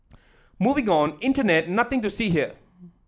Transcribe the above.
move on internet nothing to see here